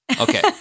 Okay